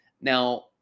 Now